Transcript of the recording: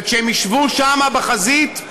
וכשהם ישבו שמה בחזית,